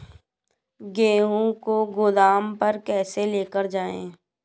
गेहूँ को गोदाम पर कैसे लेकर जाएँ?